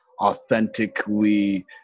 authentically